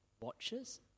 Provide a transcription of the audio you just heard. watches